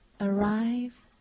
Arrive